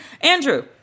Andrew